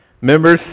Members